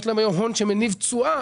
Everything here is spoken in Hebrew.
יש להן היום הון שמניב תשואה.